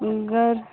घर